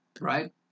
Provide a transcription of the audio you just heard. right